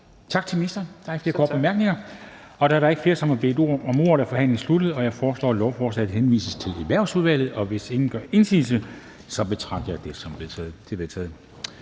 Tak til ministeren. Der er ikke flere korte bemærkninger. Da der ikke er flere, som har bedt om ordet, er forhandlingen sluttet. Jeg foreslår, at lovforslaget henvises til Erhvervsudvalget, og hvis ingen gør indsigelse, betragter jeg det som vedtaget.